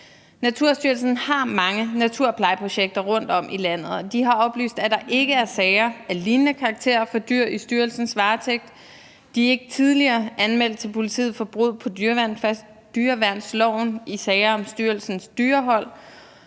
Naturstyrelsen har mange naturplejeprojekter rundtom i landet, og de har oplyst, at der ikke er sager af lignende karakter for dyr i styrelsens varetægt. De er ikke tidligere anmeldt til politiet for brud på dyreværnsloven i sager om styrelsens dyrehold.